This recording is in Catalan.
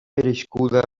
merescuda